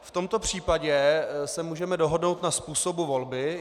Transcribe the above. V tomto případě se můžeme dohodnout na způsobu volby.